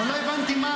אבל לא הבנתי מה,